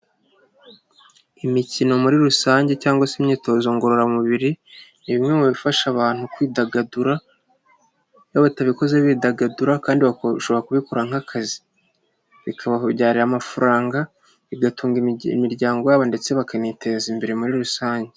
Imikino muri rusange cyangwa se imyitozo ngororamubiri ni bimwe mu bifasha abantu kwidagadura, iyo batabikoze bidagadura kandi bashobora kubikora nk'akazi bikababyarira amafaranga bigatunga imiryango yabo ndetse bakaniteza imbere muri rusange.